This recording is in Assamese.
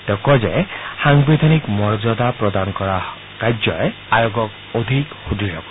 তেওঁ কয় যে সাংবিধানিক মৰ্যাদা প্ৰদান কৰাৰ জৰিয়তে আয়োগক অধিক সুদ্য় কৰিব